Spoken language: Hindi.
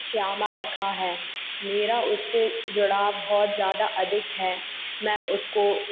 श्यामा रखा है मेरा उससे जुड़ाव बहुत जादा अधिक है मैं उसको